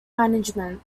management